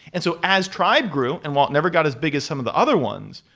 and so as tribe grew and while it never got as big as some of the other ones,